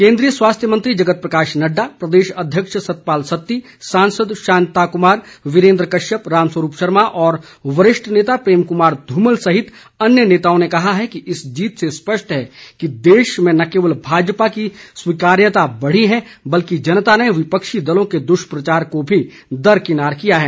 केन्द्रीय स्वास्थ्य मंत्री जगत प्रकाश नड्डा प्रदेश अध्यक्ष सतपाल सत्ती सांसद शांता कुमार वीरेन्द्र कश्यप राम स्वरूप शर्मा और वरिष्ठ नेता प्रेम कुमार धूमल सहित अन्य नेताओं ने कहा कि इस जीत से स्पष्ट है कि देश में न केवल भाजपा की स्वीकार्यता बढ़ी है बल्कि जनता ने विपक्षी दलों के दुष्प्रचार को भी दरकिनार किया है